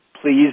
Please